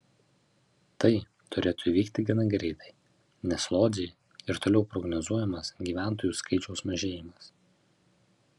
tai turėtų įvykti gana greitai nes lodzei ir toliau prognozuojamas gyventojų skaičiaus mažėjimas